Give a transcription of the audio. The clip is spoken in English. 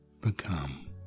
become